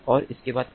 और उसके बाद क्या